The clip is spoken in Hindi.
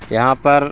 यहाँ पर